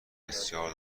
بسیار